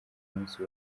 munsi